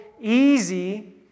easy